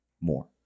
more